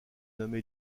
nommé